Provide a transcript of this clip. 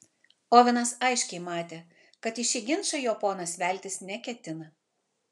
ovenas aiškiai matė kad į šį ginčą jo ponas veltis neketina